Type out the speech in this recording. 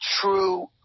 true